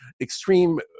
extreme